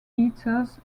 eaters